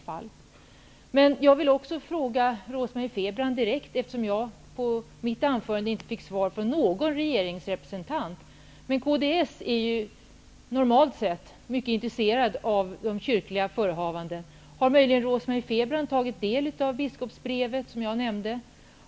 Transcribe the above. Frebran, eftersom jag efter mitt anförande inte fick svar från någon regeringsrepresentant. Men inom kds är man ju normalt sett mycket intresserad av kyrkliga förehavanden. Har Rose-Marie Frebran möjligen tagit del av det biskopsbrev som jag nämnde?